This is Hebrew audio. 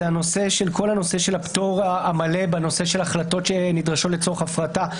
כל הנושא של הפטור המלא בנושא של החלטות שנדרשו לצורך הפרטה.